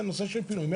אני